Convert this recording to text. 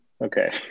Okay